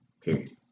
Period